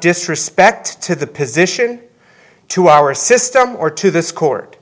disrespect to the position to our system or to this court